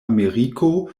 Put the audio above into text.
ameriko